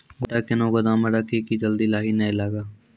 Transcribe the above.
गोटा कैनो गोदाम मे रखी की जल्दी लाही नए लगा?